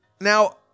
Now